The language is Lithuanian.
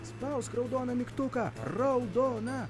spausk raudoną mygtuką raudoną